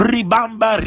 Ribamba